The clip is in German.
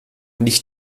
nicht